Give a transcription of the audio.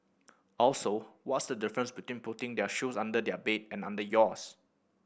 also what's the difference between putting their shoes under their bed and under yours